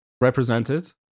represented